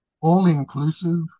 all-inclusive